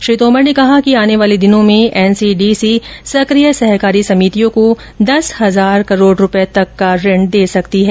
श्री तोमर ने कहा कि आर्ने वाले दिनों में एनसीडीसी सक्रिय सहकारी समितियों को दस हजार करोड रूपये तक का ऋण दे सकती है